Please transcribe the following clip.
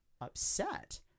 upset